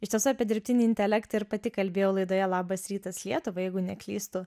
iš tiesų apie dirbtinį intelektą ir pati kalbėjau laidoje labas rytas lietuva jeigu neklystu